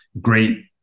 great